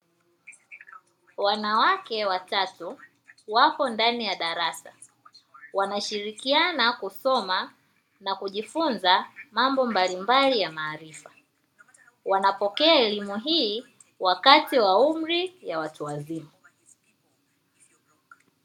Wanawake watatu wapo ndani ya darasa. Wanashirikiana kusoma kusoma na kujifunza mambo mbalimbali ya maarifa. Wanapokea elimu hii wakati wa umri ya watu wazima.